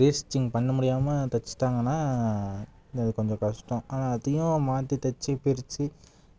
ரீ stitching பண்ணிண முடியாமல் தைச்சிட்டாங்கன்னா இல்லை அது கொஞ்சம் கஷ்டம் ஆனால் அதையும் மாற்றி தச்சு பிரிச்சு